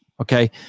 okay